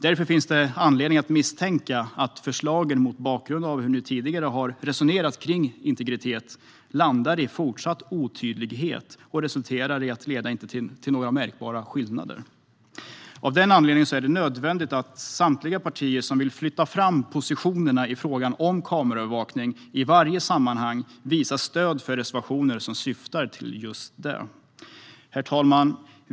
Därför finns det anledning att misstänka att förslagen, mot bakgrund av hur ni tidigare har resonerat kring integritet, landar i fortsatt otydlighet och inte resulterar i några märkbara skillnader. Av den anledningen är det nödvändigt att samtliga partier som vill flytta fram positionerna i frågan om kameraövervakning i varje sammanhang visar stöd för reservationer som syftar till just detta. Herr talman!